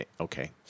okay